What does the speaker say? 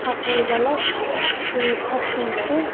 اَکوَنزَہ لَچھ پانٛژھ ہَتھ تیتٕرہ